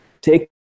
take